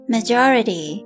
Majority